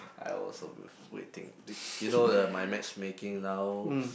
I also w~ waiting you know uh my matchmaking now